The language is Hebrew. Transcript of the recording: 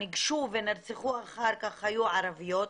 נגשו ונרצחו אחר כך היו ערביות,